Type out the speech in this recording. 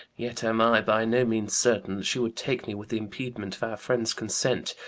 yet am i by no means certain that she would take me with the impediment of our friends' consent,